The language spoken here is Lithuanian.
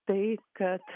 tai kad